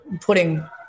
putting